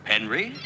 Henry